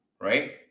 right